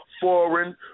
foreign